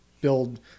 build